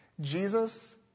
Jesus